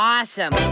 Awesome